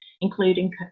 including